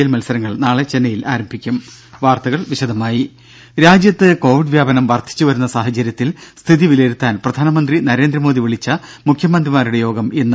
L മത്സരങ്ങൾ നാളെ ചെന്നൈയിൽ ആരംഭിക്കും വാർത്തകൾ വിശദമായി രാജ്യത്ത് കോവിഡ് വ്യാപനം വർധിച്ചുവരുന്ന സാഹചര്യ ത്തിൽ സ്ഥിതി വിലയിരുത്താൻ പ്രധാനമന്ത്രി നരേന്ദ്രമോദി വിളിച്ച മുഖ്യമന്ത്രിമാരുടെ യോഗം ഇന്ന്